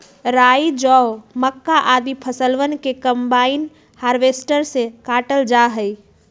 राई, जौ, मक्का, आदि फसलवन के कम्बाइन हार्वेसटर से काटल जा हई